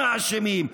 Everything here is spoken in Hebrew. אתם האשמים.